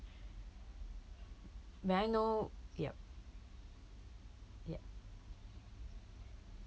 may I know yup yup